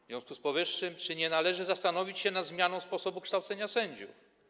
W związku z powyższym czy nie należy zastanowić się nad zmianą sposobu kształcenia sędziów?